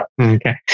okay